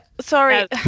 sorry